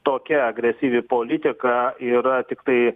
tokia agresyvi politika yra tiktai